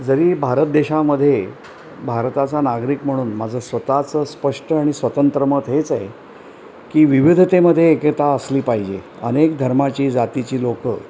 जरी भारत देशामध्ये भारताचा नागरिक म्हणून माझं स्वतःचं स्पष्ट आणि स्वतंत्र मत हेच आहे की विविधतेमधे एकता असली पाहिजे अनेक धर्माची जातीची लोक